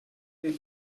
they